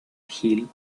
hill